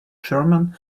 german